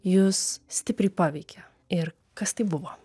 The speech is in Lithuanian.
jus stipriai paveikė ir kas tai buvo